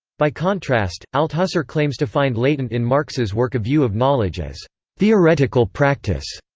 by contrast, althusser claims to find latent in marx's work a view of knowledge as theoretical practice.